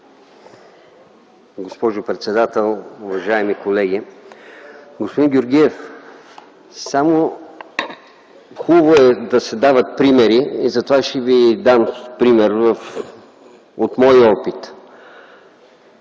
Госпожо председател, уважаеми колеги! Господин Георгиев, хубаво е да се дават примери, затова ще Ви дам пример от моя опит.